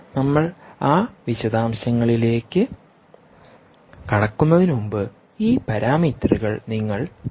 നമ്മൾ ആ വിശദാംശങ്ങളിലേക്ക് കടക്കുന്നതിന് മുമ്പ് ഈ പാരാമീറ്ററുകൾ നിങ്ങൾ നോക്കണം